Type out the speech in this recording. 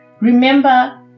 Remember